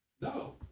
No